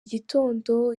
gitondo